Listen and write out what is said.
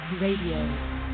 Radio